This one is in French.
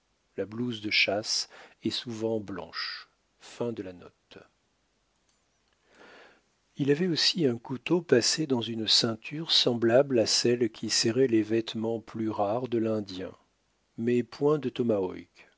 un bonnet de peau dont la fourrure était usée il avait aussi un couteau passé dans une ceinture semblable à celle qui serrait les vêtements plus rares de l'indien mais point de tomahawk